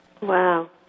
Wow